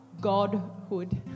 Godhood